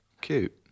Cute